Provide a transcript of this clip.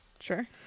Sure